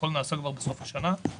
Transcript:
הכול נעשה כבר בסוף השנה,